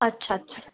अच्छा अच्छा